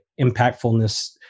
impactfulness